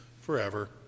forever